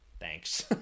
thanks